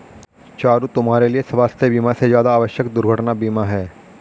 चारु, तुम्हारे लिए स्वास्थ बीमा से ज्यादा आवश्यक दुर्घटना बीमा है